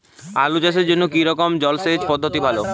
আলু চাষের জন্য কী রকম জলসেচ পদ্ধতি ভালো?